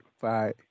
Bye